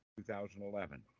2011